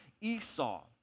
Esau